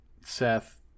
seth